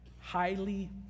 Highly